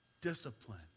discipline